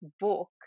book